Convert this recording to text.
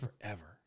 forever